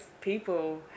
people